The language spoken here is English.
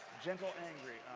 gentle, angry.